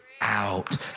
Out